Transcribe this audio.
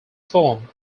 form